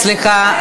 סליחה,